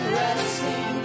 resting